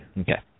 Okay